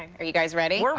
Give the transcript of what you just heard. are you guys ready?